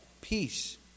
Peace